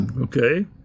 Okay